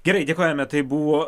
gerai dėkojame tai buvo